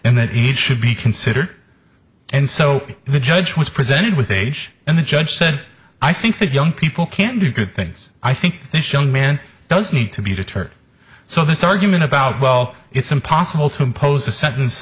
and that he should be considered and so the judge was presented with age and the judge said i think that young people can do good things i think this young man does need to be deterred so this argument about well it's impossible to impose a sentence